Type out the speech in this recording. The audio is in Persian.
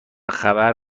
خبر